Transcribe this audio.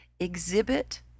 exhibit